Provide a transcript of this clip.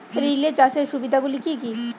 Relay চাষের সুবিধা গুলি কি কি?